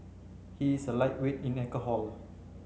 he is a lightweight in alcohol